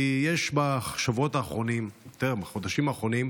כי בשבועות האחרונים, יותר, בחודשים האחרונים,